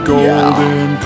Golden